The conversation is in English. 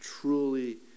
truly